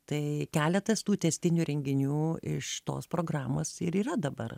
tai keletas tų tęstinių renginių iš tos programos ir yra dabar